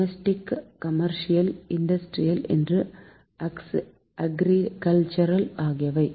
domestic commercial industrial மற்றும் அக்ரிகல்ச்சர்Domestic commercial industrial and agriculture ஆகியவை